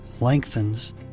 lengthens